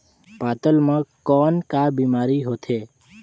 पातल म कौन का बीमारी होथे?